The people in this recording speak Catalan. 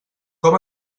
com